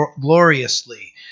gloriously